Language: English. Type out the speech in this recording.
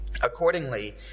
Accordingly